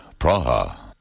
Praha